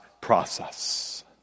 process